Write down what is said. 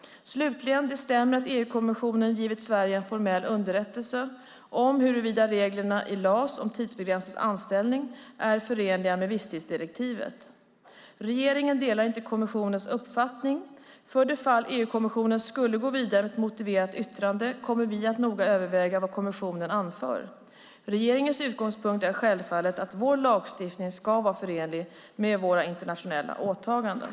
Slutligen stämmer det att EU-kommissionen givit Sverige en formell underrättelse om huruvida reglerna i LAS om tidsbegränsade anställningar är förenliga med visstidsdirektivet. Regeringen delar inte kommissionens uppfattning. För det fall EU-kommissionen skulle gå vidare med ett motiverat yttrande kommer vi noga att överväga vad kommissionen anför. Regeringens utgångspunkt är självfallet att vår lagstiftning ska vara förenlig med våra internationella åtaganden.